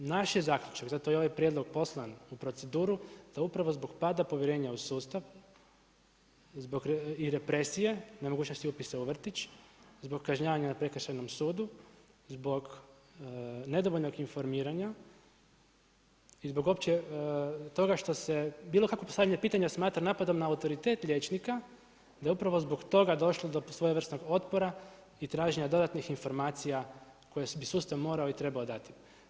Naš je zaključak, zato je i ovaj prijedlog poslan u proceduru da upravo zbog pada povjerenja u sustav zbog i represije, nemogućnosti upisa u vrtić, zbog kažnjavanja na prekršajnom sudu, zbog nedovoljnog informiranja i zbog uopće toga što se bilo kakvo postavljanje pitanja smatra napadom na autoritet liječnika da je upravo zbog toga došlo do svojevrsnog otpora i traženja dodatnih informacija koje bi sustav morao i trebao dati.